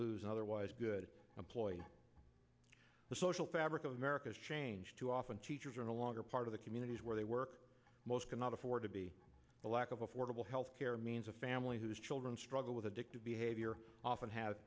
lose otherwise good employees the social fabric of america is changed too often teachers are no longer part of the communities where they work most cannot afford to be the lack of affordable health care means a family whose children struggle with addictive behavior often have